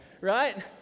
right